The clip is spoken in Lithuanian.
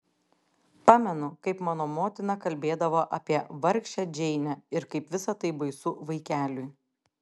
pamenu kaip mano motina kalbėdavo apie vargšę džeinę ir kaip visa tai baisu vaikeliui